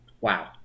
Wow